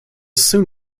soon